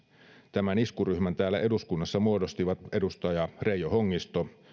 tämän iskuryhmän täällä eduskunnassa muodostivat edustaja reijo hongisto